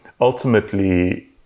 ultimately